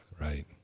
Right